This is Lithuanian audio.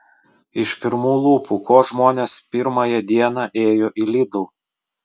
iš pirmų lūpų ko žmonės pirmąją dieną ėjo į lidl